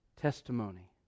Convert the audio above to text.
testimony